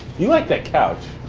you like that couch.